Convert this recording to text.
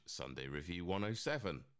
SundayReview107